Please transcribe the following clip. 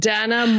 Dana